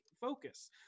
focus